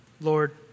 Lord